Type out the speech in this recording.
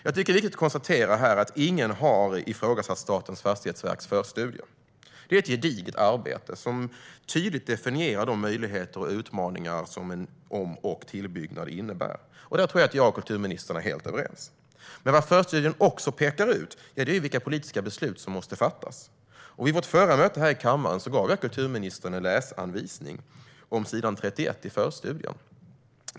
Det är viktigt att konstatera att ingen har ifrågasatt Statens fastighetsverks förstudie. Det är ett gediget arbete som tydligt definierar de möjligheter och utmaningar som en om och tillbyggnad innebär. Det tror jag att jag och kulturministern är helt överens om. Men förstudien pekar också ut vilka politiska beslut som måste fattas. Vid vårt förra möte här i kammaren gav jag kulturministern en läsanvisning. Det handlade om s. 31 i förstudien.